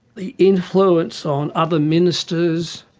the influence on other ministers,